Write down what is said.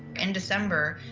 in december,